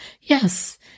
Yes